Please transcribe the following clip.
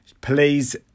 please